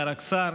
היה רק שר,